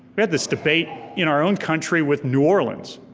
we had this debate in our own country with new orleans,